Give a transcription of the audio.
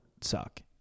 suck